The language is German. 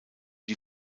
die